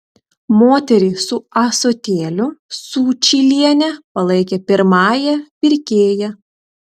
moterį su ąsotėliu sučylienė palaikė pirmąja pirkėja